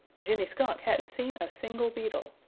jimmy skunk hadn't seen a single beetle.